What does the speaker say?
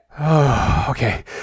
Okay